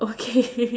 okay